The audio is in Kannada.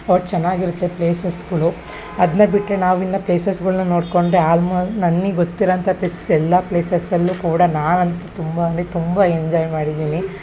ಒಟ್ಟು ಚೆನ್ನಾಗಿರುತ್ತೆ ಪ್ಲೇಸಸ್ಗಳು ಅದನ್ನ ಬಿಟ್ಟರೆ ನಾವು ಇನ್ನೂ ಪ್ಲೇಸಸ್ಗಳ್ನ ನೋಡಿಕೊಂಡರೆ ಆಲ್ಮ ನನಿಗೆ ಗೊತ್ತಿರೋ ಅಂಥ ಪ್ಲೇಸಸ್ ಎಲ್ಲ ಪ್ಲೇಸಸಲ್ಲೂ ಕೂಡ ನಾನು ಅಂತೂ ತುಂಬ ಅಂದರೆ ತುಂಬ ಎಂಜಾಯ್ ಮಾಡಿದ್ದೀನಿ